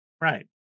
Right